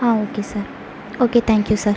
okay sir okay thank you sir